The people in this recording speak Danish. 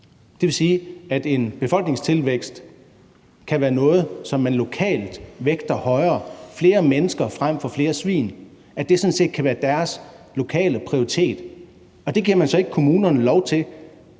Det vil sige, at en befolkningstilvækst kan være noget, som man lokalt vægter højere, altså flere mennesker frem for flere svin; det kan sådan set være deres lokale prioritet. Det giver man så ikke kommunerne lov til,